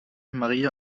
maria